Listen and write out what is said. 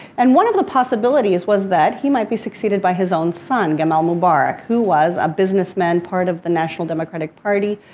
and one of the possibilities was that he might be succeeded by his own son, gamal mubarak who was a businessman, part of the national democratic party,